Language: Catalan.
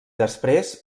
després